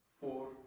four